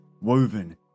woven